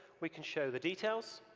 we can show the details.